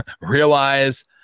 realize